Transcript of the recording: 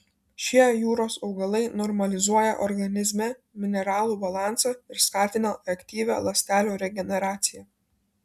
šie jūros augalai normalizuoja organizme mineralų balansą ir skatina aktyvią ląstelių regeneraciją